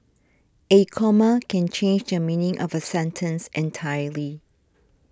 a comma can change the meaning of a sentence entirely